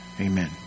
Amen